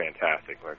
fantastic